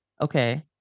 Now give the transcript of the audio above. Okay